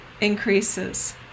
increases